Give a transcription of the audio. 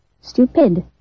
Stupid